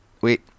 Wait